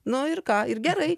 nu ir ką ir gerai